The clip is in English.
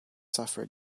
suffered